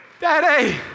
Daddy